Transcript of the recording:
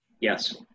Yes